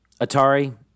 Atari